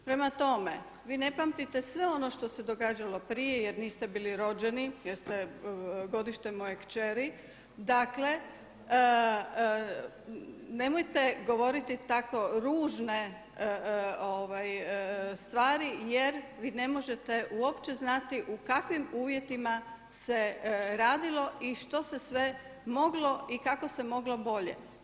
Prema tome, vi ne pamtite sve ono što se događalo prije jer niste bili rođeni, jer ste godište moje kćeri, dakle nemojte govoriti tako ružne stvari jer vi ne možete uopće znati u kakvim uvjetima se radilo i što se sve moglo i kako se moglo bolje.